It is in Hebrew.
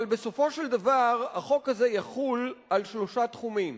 אבל בסופו של דבר החוק הזה יחול על שלושה תחומים,